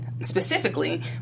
specifically